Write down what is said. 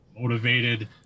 motivated